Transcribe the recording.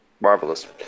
Marvelous